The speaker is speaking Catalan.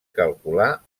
calcular